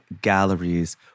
galleries